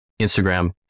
Instagram